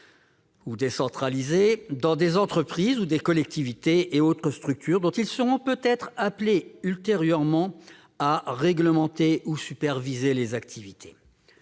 ou décentralisées, dans des entreprises, des collectivités ou autres structures, dont les élèves seront éventuellement appelés ultérieurement à réglementer ou à superviser les activités